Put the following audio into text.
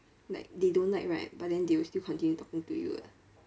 like they don't like right but then they will still continue talking to you lah